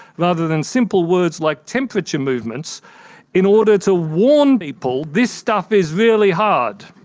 rather than simple words like temperature movements in order to warn people this stuff is really hard.